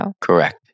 Correct